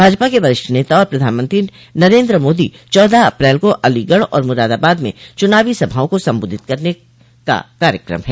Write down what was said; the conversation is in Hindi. भाजपा के वरिष्ठ नेता और प्रधानमंत्री नरेन्द मोदी चौदह अप्रैल को अलीगढ़ और मुरादाबाद में चुनावी सभाओं को संबोधित करने का कार्यक्रम है